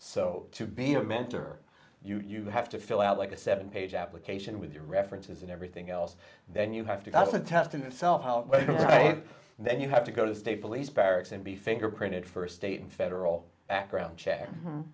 so to be a mentor you have to fill out like a seven page application with your references and everything else then you have to that's a task in itself and then you have to go to state police barracks and be fingerprinted first state and federal background checks